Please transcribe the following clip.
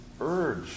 urge